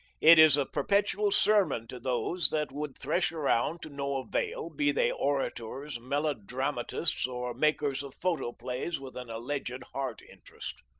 it is a perpetual sermon to those that would thresh around to no avail, be they orators, melodramatists, or makers of photoplays with an alleged heart-interest.